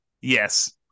Yes